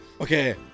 okay